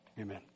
Amen